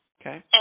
Okay